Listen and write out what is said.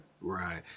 Right